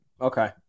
Okay